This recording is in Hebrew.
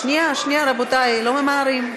שנייה, שנייה, רבותי, לא ממהרים,